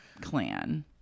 clan